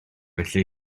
felly